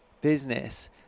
business